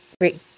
great